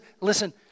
listen